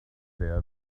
there